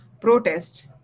protest